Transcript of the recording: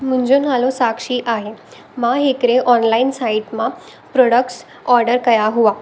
मुंहिंजो नालो साक्षी आहे मां हिकिड़े ऑनलाइन साइट मां प्रोडक्ट्स ऑर्डर कया हुआ